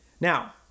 Now